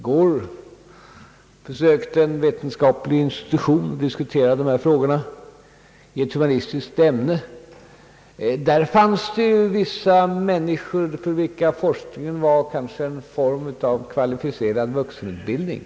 Jag besökte i går en vetenskaplig institution och diskuterade dessa frågor beträffande ett humanistiskt ämne. Där fanns vissa människor för vilka forskningen kanske var en form av kvalificerad vuxenutbildning.